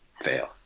fail